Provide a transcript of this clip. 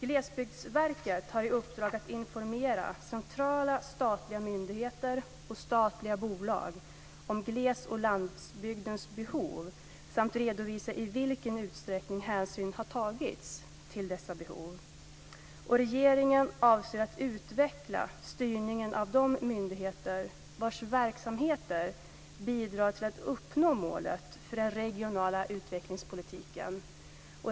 Glesbygdsverket har i uppdrag att informera centrala statliga myndigheter och statliga bolag om glesoch landsbygdens behov samt redovisa i vilken utsträckning hänsyn tagits till dessa behov. Regeringen avser att utveckla styrningen av de myndigheter vars verksamheter bidrar till att uppnå målet för den regionala utvecklingspolitiken.